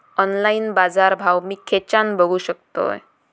Online बाजारभाव मी खेच्यान बघू शकतय?